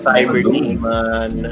Cyberdemon